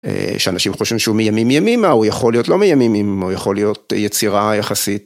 שאנשים חושבים שהוא מימים ימימה, הוא יכול להיות לא מימים ימימה, הוא יכול להיות יצירה יחסית.